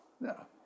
no